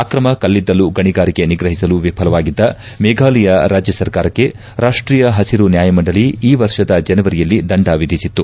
ಆಕ್ರಮ ಕಲ್ಲಿದ್ದಲು ಗಣಿಗಾರಿಕೆ ನಿಗ್ರಹಿಸಲು ವಿಫಲವಾಗಿದ್ದ ಮೇಘಾಲಯ ರಾಜ್ಯ ಸರ್ಕಾರಕ್ಷೆ ರಾಷ್ಷೀಯ ಪಸಿರು ನ್ಯಾಯಮಂಡಳಿ ಈ ವರ್ಷದ ಜನವರಿಯಲ್ಲಿ ದಂಡ ವಿಧಿಸಿತ್ತು